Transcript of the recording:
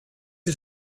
del